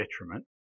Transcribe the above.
detriment